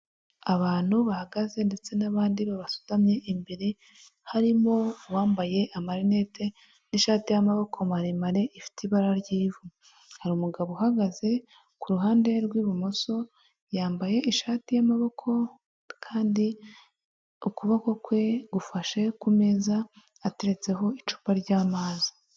Abantu bahagaze ndetse n'abandi babasutamye imbere, harimo uwambaye amarinete, n'ishati y'amaboko maremare ifite ibara ry'ivu, hari umugabo uhagaze kuruhande rw'ibumoso yambaye ishati y'amaboko, kandi ukuboko kwe gufashe kumeza ateretseho icupa ry'amazi.